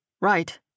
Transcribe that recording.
Right